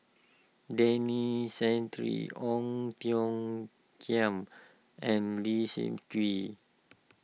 Denis Santry Ong Tiong Khiam and Leslie Kee